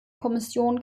kommission